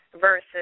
versus